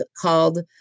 called